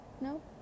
No